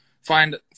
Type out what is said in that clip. Find –